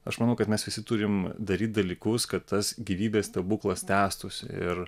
aš manau kad mes visi turim daryt dalykus kad tas gyvybės stebuklas tęstųsi ir